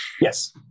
Yes